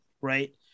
right